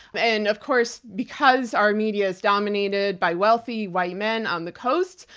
and of course because our media is dominated by wealthy white men on the coast,